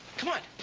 come on.